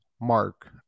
mark